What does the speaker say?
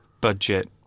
budget